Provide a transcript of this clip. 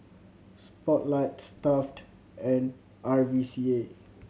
Spotlight Stuff'd and R V C A